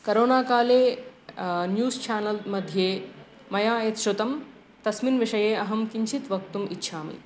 corona काले news channel मध्ये मया यत् शृतं तस्मिन् विषये अहं किञ्चित् वक्तुम् इच्छामि